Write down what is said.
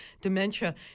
dementia